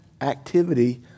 activity